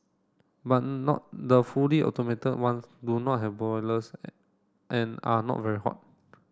but not the fully automated ones do not have boilers and are not very hot